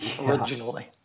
Originally